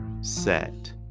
set